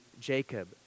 Jacob